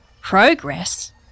Progress